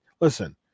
listen